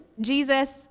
Jesus